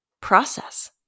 process